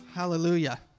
Hallelujah